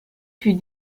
fut